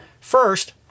First